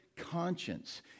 conscience